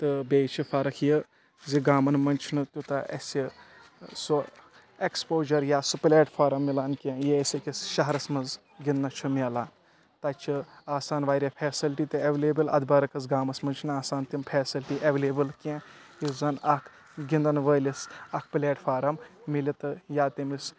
تہٕ بییٚہِ چھِ فرق یہِ زِ گامن منٛز چھُنہٕ تیوٗتاہ اسہِ سُہ ایٚکِسپوجر یا سُہ پُلیٹفارم مِلان کینٛہہ یہِ اسہِ أکِس شہرس منٛز گندنس چھُ مِلان تتہِ چھِ آسان واریاہ فیٚسلٹی تہِ ایٚولیبٕل اتھ برعکٕس گامس منٛز چھنہٕ آسان تِم فیسلٹی ایٚولیبٕل کینٛہہ یُس زن اکھ گنٛدان وٲلِس اکھ پلیٹ فارم ملہِ تہٕ یا تٔمِس